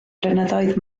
blynyddoedd